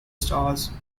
stars